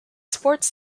sports